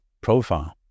profile